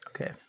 okay